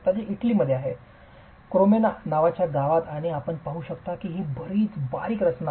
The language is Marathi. हे इटलीमध्ये आहे क्रेमोना नावाच्या गावात आणि आपण पाहू शकता की ही बरीच बारीक रचना आहे